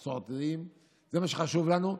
מסורתיים, זה מה שחשוב לנו.